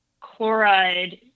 chloride